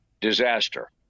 disaster